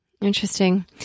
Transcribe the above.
Interesting